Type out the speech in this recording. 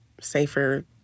safer